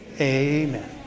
amen